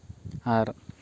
ᱟᱨ